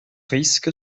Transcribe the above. risque